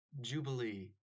Jubilee